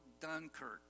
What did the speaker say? Dunkirk